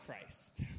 Christ